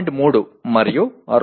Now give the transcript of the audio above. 3 మరియు 2